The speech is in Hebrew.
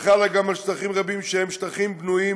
וחלה גם על שטחים רבים שהם שטחים בנויים